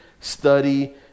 study